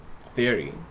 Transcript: theory